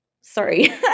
Sorry